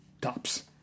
tops